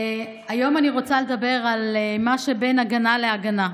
היום אני רוצה לדבר על מה שבין הגנה להגנה.